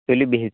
تُلِو بِہِو